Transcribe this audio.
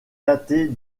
datée